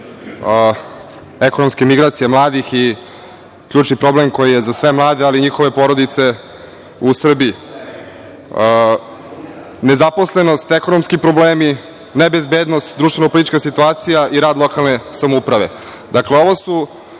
ekonomske migracije mladih i ključni problem koji je za sve mlade ali i njihove porodice u Srbiji. Nezaposlenost, ekonomski problemi, nebezbednost, društveno-politička situacija i rad lokalne samouprave. Dakle, ovo su